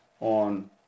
on